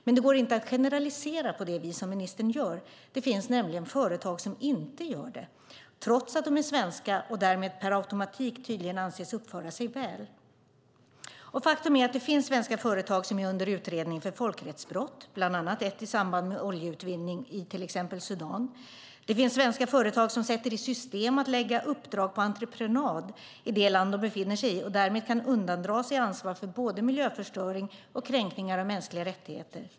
Men det går inte att generalisera på det vis som ministern gör. Det finns nämligen företag som inte gör det, trots att de är svenska och därmed per automatik tydligen anses uppföra sig väl. Faktum är att det finns svenska företag som är under utredning för folkrättsbrott, bland annat ett i samband med oljeutvinning i till exempel Sudan. Det finns svenska företag som sätter i system att lägga uppdrag på entreprenad i det land de befinner sig i och därmed kan undandra sig ansvar för både miljöförstöring och kränkningar av mänskliga rättigheter.